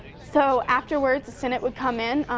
so afterwards the senate would come in,